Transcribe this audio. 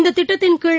இந்ததிட்டத்தின் கீழ்